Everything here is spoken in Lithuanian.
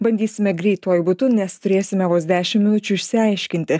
bandysime greituoju būdu nes turėsime vos dešim minučių išsiaiškinti